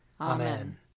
Amen